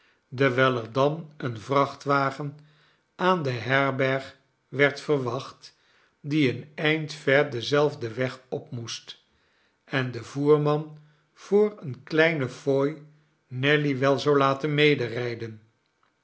dewijl er dan een vrachtwagen aan de herberg werd verwacht die een eind ver denzelfden weg op moest endevoerman voor eene kleine fooi nelly wel zoulaten